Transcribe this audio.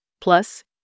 plus